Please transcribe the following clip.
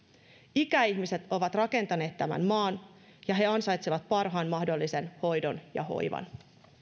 ikäihmiset ovat rakentaneet tämän maan ja he ansaitsevat parhaan mahdollisen hoidon ja hoivan